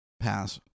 pass